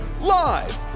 live